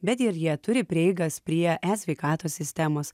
bet ir jie turi prieigas prie e sveikatos sistemos